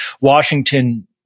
Washington